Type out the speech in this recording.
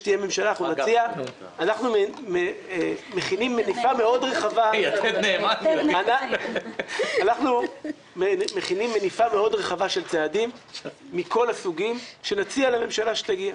אנחנו מכינים מניפה מאוד רחבה של צעדים מכל הסוגים שנציע לממשלה שתגיע.